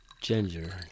Ginger